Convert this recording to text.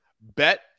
bet